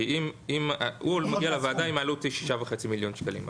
הוא מגיע לוועדה אם העלות היא 6.5 מיליון שקלים.